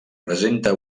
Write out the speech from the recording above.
presenta